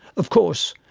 of course,